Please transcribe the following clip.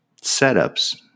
setups